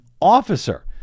officer